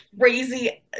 crazy